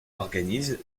organise